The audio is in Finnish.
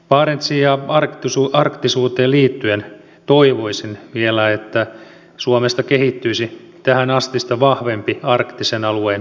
barentsiin ja arktisuuteen liittyen toivoisin vielä että suomesta kehittyisi tähänastista vahvempi arktisen alueen puhemies